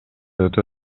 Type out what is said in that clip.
өтө